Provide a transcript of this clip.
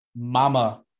mama